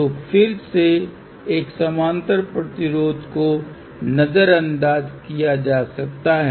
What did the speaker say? तो फिर से एक समानांतर प्रतिरोध को नजरअंदाज किया जा सकता है